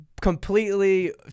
completely